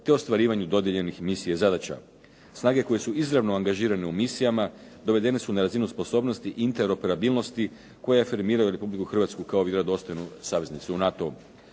te ostvarivanju dodjeljenih misija i zadaća. Snage koje su izravno angažirane u misijama dovedene su na razinu sposobnosti i interoperabilnosti koja afirmiraju Republiku Hrvatsku kao vjerodostojnu saveznicu u NATO-u.